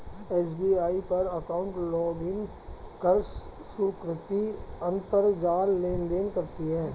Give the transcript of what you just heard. SBI पर account login कर सुकृति अंतरजाल लेनदेन करती है